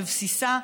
בבסיסה,